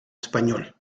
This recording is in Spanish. español